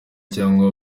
cyangwa